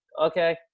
okay